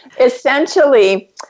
Essentially